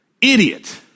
Idiot